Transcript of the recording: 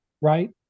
Right